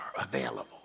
available